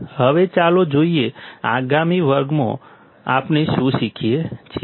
હવે ચાલો જોઈએ આગામી વર્ગમાં આપણે શું શીખી શકીએ